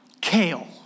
kale